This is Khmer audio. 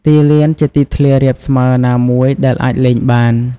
ទីលាន ជាទីធ្លារាបស្មើណាមួយដែលអាចលេងបាន។